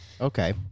Okay